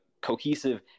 cohesive